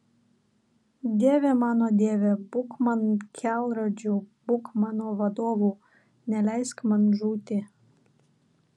dieve mano dieve būk man kelrodžiu būk mano vadovu neleisk man žūti